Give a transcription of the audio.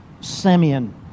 Simeon